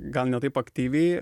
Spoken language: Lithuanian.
gal ne taip aktyviai